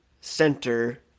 center